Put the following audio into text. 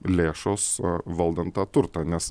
lėšos valdant tą turtą nes